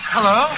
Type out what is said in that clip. Hello